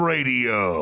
Radio